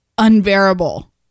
unbearable